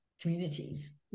communities